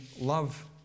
love